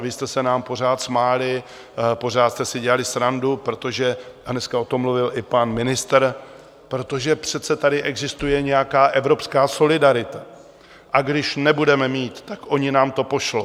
Vy jste se nám pořád smáli, pořád jste si dělali srandu, protože a dneska o tom mluvil i pan ministr protože přece tady existuje nějaká evropská solidarita a když nebudeme mít, tak oni nám to pošlou.